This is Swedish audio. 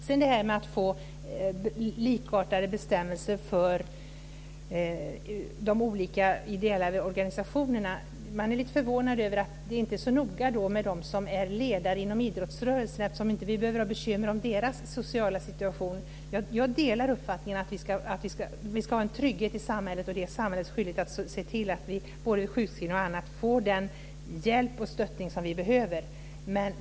När det gäller att få likartade bestämmelser för de olika ideella organisationerna, är man förvånad över att det inte är så noga med dem som är ledare inom idrottsrörelsen eftersom vi inte behöver ha bekymmer för deras sociala situation. Jag delar uppfattningen att vi ska ha en trygghet i samhället och att det är samhällets skyldighet att se till att vi får den hjälp och stöttning som vi behöver med både sjukskrivningar och annat.